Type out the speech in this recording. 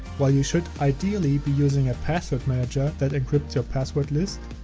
while you should ideally be using ah password manager that encrypts your password list,